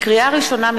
לקריאה ראשונה,